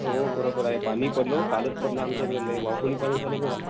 हो बरोबर आहे पाणी पडलो कालच पडलं आमच्याकडे लय वाहून पाणी झालं बघा